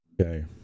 Okay